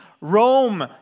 Rome